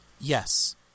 yes